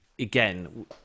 again